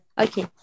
Okay